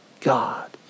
God